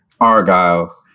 Argyle